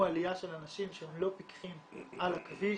עליה של אנשים שהם לא פיכחים על הכביש,